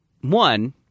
One